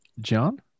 John